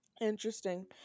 Interesting